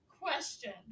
Question